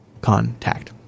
contact